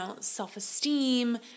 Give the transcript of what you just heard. self-esteem